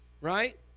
right